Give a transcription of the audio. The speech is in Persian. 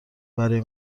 برای